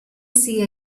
she